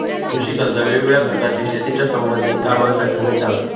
कृषि कर्जा वेगवेगळ्या प्रकारची शेतीच्या संबधित कामांसाठी मिळता